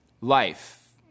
Life